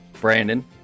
Brandon